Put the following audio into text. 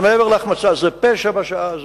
זה מעבר להחמצה, זה פשע בשעה הזאת.